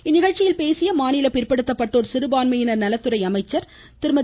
இந்நிகழ்ச்சியில் பேசிய மாநில பிற்படுத்தப்பட்டோர் சிறுபான்மையினர் நலத்துறை அமைச்சர் திருமதி